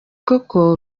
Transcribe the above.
koko